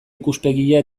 ikuspegia